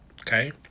okay